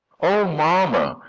oh, mamma,